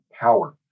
power